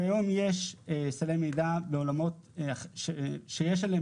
כיום יש סלי מידע בעולמות שיש עליהם